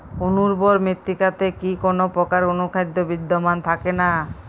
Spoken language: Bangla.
অনুর্বর মৃত্তিকাতে কি কোনো প্রকার অনুখাদ্য বিদ্যমান থাকে না?